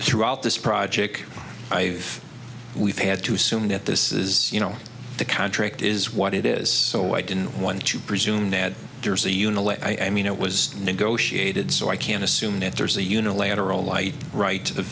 throughout this project i've we've had to assume that this is you know the contract is what it is so i didn't want to presume that there's a unit i mean it was negotiated so i can't assume that there's a unilateral light right of the